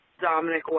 Dominic